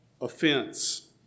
Offense